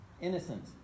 innocent